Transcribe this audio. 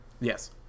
yes